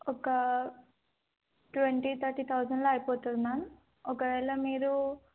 ఒక twenty thirty థౌజండ్లో అయిపోతుంది మ్యామ్ ఒకవేళ మీరు